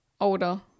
older